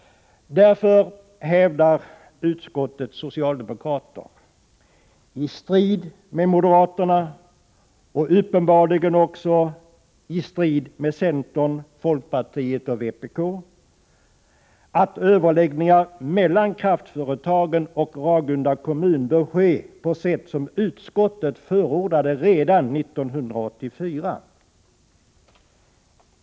Därför hävdar utskottets socialdemokrater, i strid med moderaterna och uppenbarligen också i strid med centern, folkpartiet och vpk, att överlägg ningar mellan kraftföretagen och Ragunda kommun bör ske på sätt som utskottet förordade redan 1984.